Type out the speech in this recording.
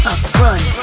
Upfront